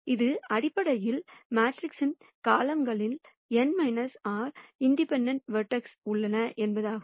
இது அடிப்படையில் மேட்ரிக்ஸின் காலம்கள்களில் n r இண்டிபெண்டெண்ட் வெக்டர்ஸ் உள்ளன என்பதாகும்